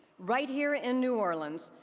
right here in new orleans,